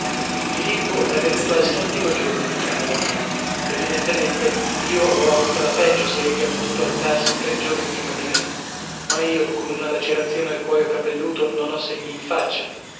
filippo è venuto al settimo giorno in camera mia evidentemente io ho avuta la peggio se egli ha potuto alzarsi tre giorni prima di me ma io con una lacerazione al cuoio capelluto non ho segni in faccia